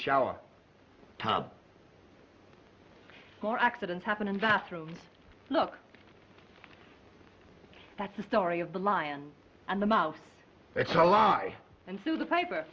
shower tub more accidents happen in bathroom look that's the story of the lion and the mouse it's a lie and so the paper